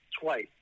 twice